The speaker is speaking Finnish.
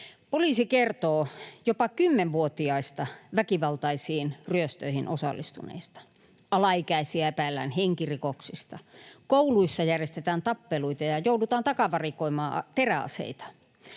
Poliisi kertoo jopa 10-vuotiaista väkivaltaisiin ryöstöihin osallistuneista. Alaikäisiä epäillään henkirikoksista. Kouluissa järjestetään tappeluita ja joudutaan takavarikoimaan teräaseita.